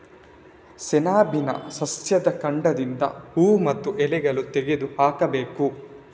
ಸೆಣಬಿನ ಸಸ್ಯದ ಕಾಂಡದಿಂದ ಹೂವು ಮತ್ತೆ ಎಲೆಗಳನ್ನ ತೆಗೆದು ಹಾಕ್ಬೇಕು